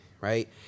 right